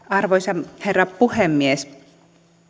arvoisa herra puhemies